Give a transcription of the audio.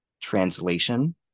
translation